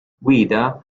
guida